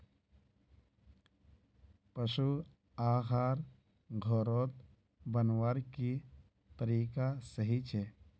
पशु आहार घोरोत बनवार की तरीका सही छे?